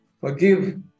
forgive